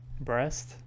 breast